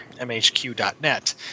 MHQ.net